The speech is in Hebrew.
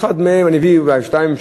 ואביא שתיים,